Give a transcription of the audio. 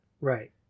Right